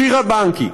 שירה בנקי.